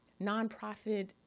nonprofit